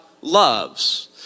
loves